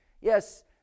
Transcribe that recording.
yes